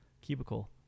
cubicle